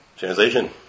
Translation